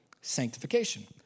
sanctification